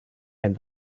and